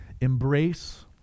Embrace